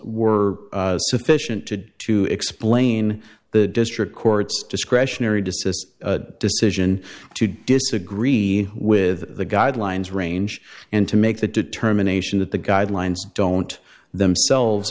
were sufficient to to explain the district court's discretionary desists decision to disagree with the guidelines range and to make the determination that the guidelines don't themselves